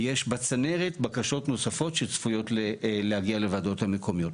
יש בצנרת בקשות נוספות שצפויות להגיע לוועדות המקומיות.